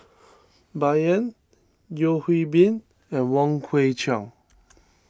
Bai Yan Yeo Hwee Bin and Wong Kwei Cheong